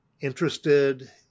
interested